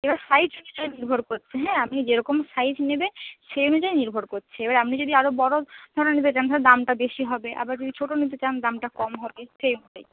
এবার সাইজ নির্ভর করছে হ্যাঁ আপনি যেরকম সাইজ নেবেন সেই অনুযায়ী নির্ভর করছে এবার আপনি যদি আরও বড় ধরুন নিতে চান তাহলে দামটা বেশি হবে আবার যদি ছোটো নিতে চান দামটা কম হবে সেই